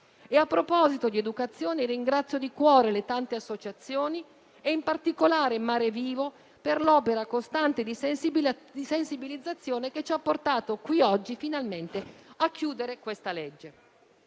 A proposito di educazione, ringrazio di cuore le tante associazioni e, in particolare, «Mare vivo» per l'opera costante di sensibilizzazione che ci ha portato finalmente a chiudere oggi